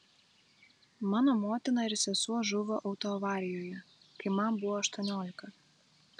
mano motina ir sesuo žuvo autoavarijoje kai man buvo aštuoniolika